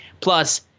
Plus